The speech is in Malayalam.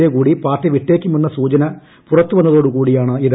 എ കൂടി പാർട്ടി വിട്ടേയ്ക്കുമെന്ന സൂചന പുറത്തുവന്നതോടുകൂടിയാണിത്